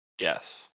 Yes